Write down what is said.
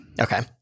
Okay